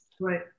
right